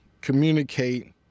communicate